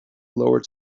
lower